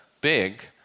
big